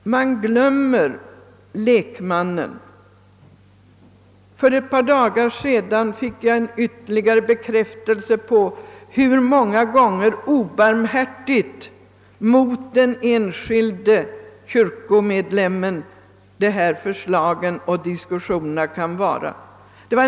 Man glömmer lekmannen. För ett par dagar sedan fick jag ytterligare bekräftelse på hur obarmhärtiga mot den enskilde kyrkomedlemmen dessa förslag och diskussioner många gånger kan vara.